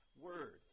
Word